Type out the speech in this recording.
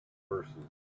verses